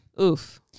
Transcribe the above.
Oof